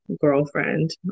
girlfriend